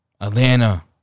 Atlanta